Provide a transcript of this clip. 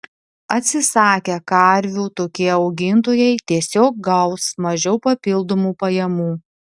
atsisakę karvių tokie augintojai tiesiog gaus mažiau papildomų pajamų